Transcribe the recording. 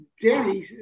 Danny